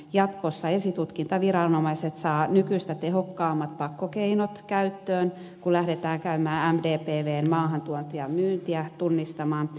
jatkossa esitutkintaviranomaiset saavat nykyistä tehokkaammat pakkokeinot käyttöön kun lähdetään käymään mdpvn maahantuontia ja myyntiä tunnistamaan